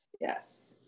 yes